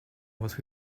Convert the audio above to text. was